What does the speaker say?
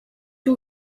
two